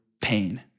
pain